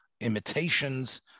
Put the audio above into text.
imitations